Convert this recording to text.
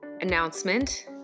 announcement